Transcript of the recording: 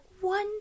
one